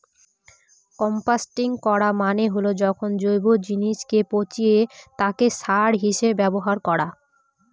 composting করা মানে হল যখন জৈব জিনিসকে পচিয়ে তাকে সার হিসেবে ব্যবহার করা